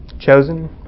Chosen